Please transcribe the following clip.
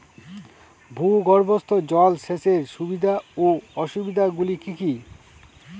ভূগর্ভস্থ জল সেচের সুবিধা ও অসুবিধা গুলি কি কি?